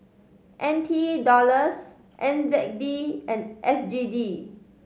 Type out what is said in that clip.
N T Dollars N Z D and S G D